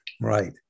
Right